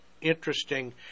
interesting